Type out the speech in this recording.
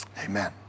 Amen